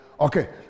Okay